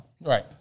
Right